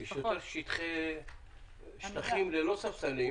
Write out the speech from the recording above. יש יותר שטחים ללא ספסלים.